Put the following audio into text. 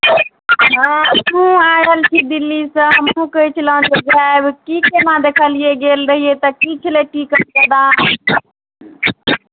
हँ हमहूँ आबि रहल छी दिल्लीसँ हमहूँ कहै छलहूँ जे जायब की केना देखलियै गेल रहियै तऽ की छलै की केना व्यवहार